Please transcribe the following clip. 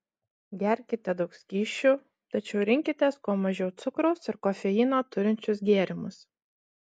gerkite daug skysčių tačiau rinkitės kuo mažiau cukraus ir kofeino turinčius gėrimus